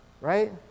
right